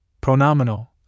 pronominal